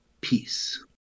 Peace